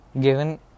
given